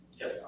Yes